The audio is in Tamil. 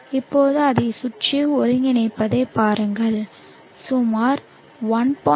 இப்போது அதைச் சுற்றி ஒருங்கிணைப்பதைப் பாருங்கள் சுமார் 1